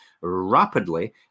rapidly